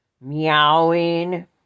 Meowing